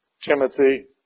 Timothy